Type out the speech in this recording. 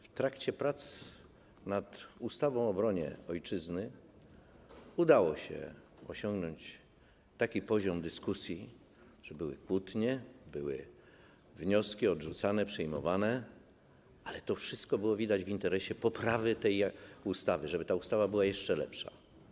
W trakcie prac nad ustawą o obronie Ojczyzny udało się osiągnąć taki poziom dyskusji, że były kłótnie, były wnioski odrzucane, przyjmowane, ale to wszystko było w interesie poprawy tej ustawy, żeby ta ustawa była jeszcze lepsza.